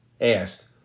asked